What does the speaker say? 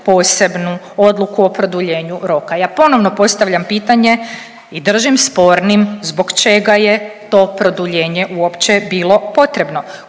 posebnu odluku o produljenju roka. Ja ponovno postavljam pitanje i držim spornim zbog čega je to produljenje uopće bilo potrebno.